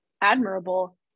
admirable